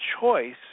choice